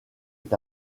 est